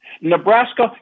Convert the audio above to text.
Nebraska